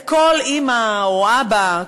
כל אימא או אבא,